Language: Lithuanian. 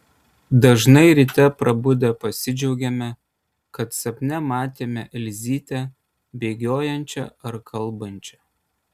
dažnai ryte prabudę pasidžiaugiame kad sapne matėme elzytę bėgiojančią ar kalbančią